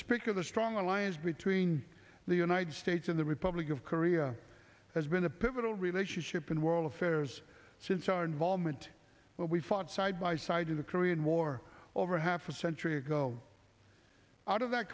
speak of the strong alliance between the united states in the public of korea has been a pivotal relationship in world affairs since our involvement when we fought side by side in the korean war over half a century ago out of that